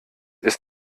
ist